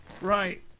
Right